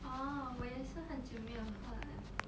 orh 我也是很久没有喝了